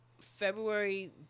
February